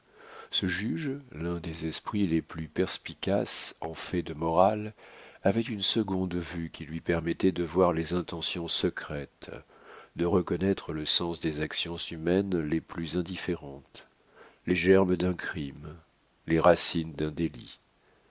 ce juge l'un des esprits les plus perspicaces en fait de morale avait une seconde vue qui lui permettait de voir les intentions secrètes de reconnaître le sens des actions humaines les plus indifférentes les germes d'un crime les racines d'un délit